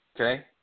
okay